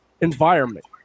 environment